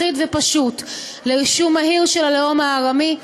אחיד ופשוט לרישום מהיר של הלאום הארמי,